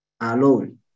alone